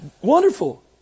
wonderful